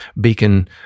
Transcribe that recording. Beacon